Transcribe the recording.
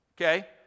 Okay